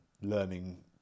learning